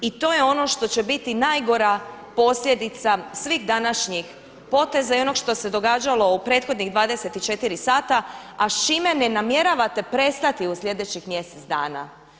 I to je ono što će biti najgora posljedica svih današnjih poteza i onog što se događalo u prethodnih 24 sata a s čime ne namjeravate prestati u sljedećih mjesec dana.